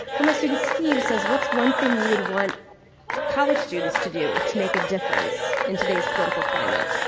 from my student steve says what's one thing you would want college students to do to make a difference in today's political climate?